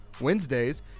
Wednesdays